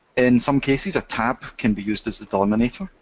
in some cases a tab can be used as the delimiter.